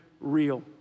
real